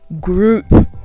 group